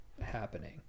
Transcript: happening